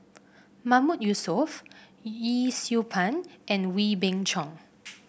Mahmood Yusof Yee Siew Pun and Wee Beng Chong